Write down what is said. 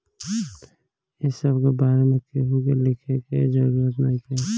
ए सब के बारे में केहू के लिखे के जरूरत नइखे